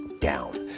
down